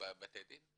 בבתי הדין?